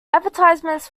advertisements